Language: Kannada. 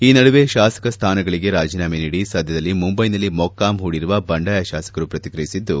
ಈ ನಡುವೆ ಶಾಸಕ ಸ್ಥಾನಗಳಿಗೆ ರಾಜೀನಾಮೆ ನೀಡಿ ಸದ್ಯದಲ್ಲಿ ಮುಂಬೈನಲ್ಲಿ ಮೊಕ್ಕಾಂ ಹೂಡಿರುವ ಬಂಡಾಯ ಶಾಸಕರು ಪ್ರತಿಕ್ರಿಯಿಸಿದ್ದು